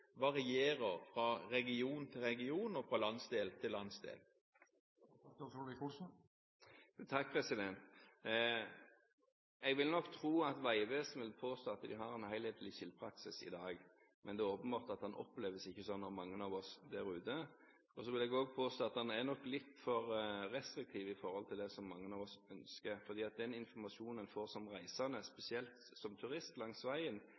varierer fra region til region og fra landsdel til landsdel? Jeg vil nok tro at Vegvesenet vil påstå at de har en helhetlig skiltpraksis i dag, men det er åpenbart at den ikke oppleves slik av mange av oss der ute. Så vil jeg påstå at en nok er litt for restriktiv i forhold til det som mange av oss ønsker, fordi den informasjonen en får som reisende, spesielt som turist, langs veien,